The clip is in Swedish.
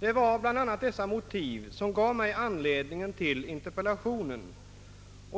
Det var bl.a. dessa omständigheter som motiverade min interpellation.